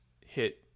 hit